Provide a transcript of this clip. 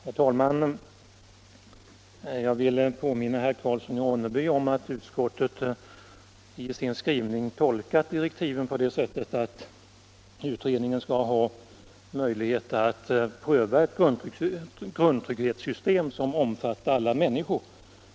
Herr talman! Jag vill påminna herr Karlsson i Ronneby om att utskottet i sin skrivning har tolkat direktiven så, att utredningen skall ha möjlighet att pröva ett grundtrygghetssystem som omfattar alla människor.